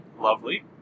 Lovely